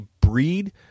breed